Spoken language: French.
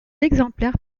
exemplaire